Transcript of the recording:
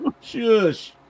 Shush